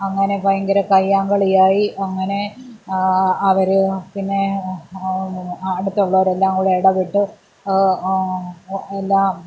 അങ്ങനെ ഭയങ്കര കയ്യാങ്കളിയായി അങ്ങനെ അവർ പിന്നെ അടുത്തുള്ളവരെല്ലാം കൂടെ ഇടപെട്ട് എല്ലാം